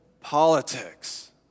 politics